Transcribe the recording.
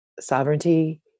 Sovereignty